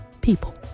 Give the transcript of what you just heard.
people